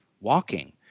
walking